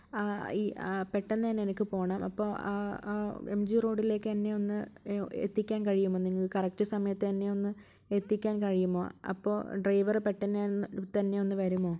ആ ഈ ആ പെട്ടന്ന് തന്നെ എനിക്ക് പോണം അപ്പോൾ ആ ആ എം ജി റോഡിലേക്ക് എന്നെ ഒന്ന് എത്തിക്കാൻ കഴിയുമോ നിങ്ങൾക്ക് കരക്ട് സമയത്ത് എന്നെ ഒന്ന് എത്തിക്കാൻ കഴിയുമോ അപ്പോൾ ഡ്രൈവർ പെട്ടന്ന് ഏ തന്നെ ഒന്ന് വരുമോ